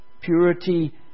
Purity